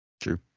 True